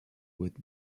with